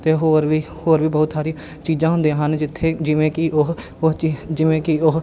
ਅਤੇ ਹੋਰ ਵੀ ਹੋਰ ਵੀ ਬਹੁਤ ਸਾਰੀ ਚੀਜ਼ਾਂ ਹੁੰਦੀਆਂ ਹਨ ਜਿੱਥੇ ਜਿਵੇਂ ਕਿ ਉਹ ਉਹ ਚੀ ਜਿਵੇਂ ਕਿ ਉਹ